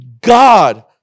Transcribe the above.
God